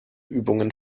übungen